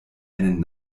einen